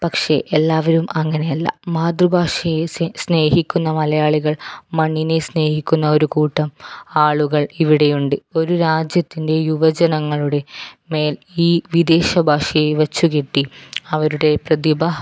പക്ഷേ എല്ലാവരും അങ്ങനെയല്ല മാതൃഭാഷയെ സ്നേഹിക്കുന്ന മലയാളികൾ മണ്ണിനെ സ്നേഹിക്കുന്ന ഒരു കൂട്ടം ആളുകൾ ഇവിടെയുണ്ട് ഒരു രാജ്യത്തിൻ്റെ യുവജനങ്ങളുടെ മേൽ ഈ വിദേശ ഭാഷയെ വച്ചു കെട്ടി അവരുടെ പ്രതിഭ